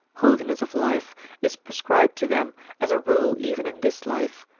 holiness of life is prescribed to them as a rule even in this life,